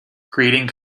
creating